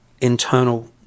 internal